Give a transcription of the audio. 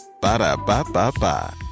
Ba-da-ba-ba-ba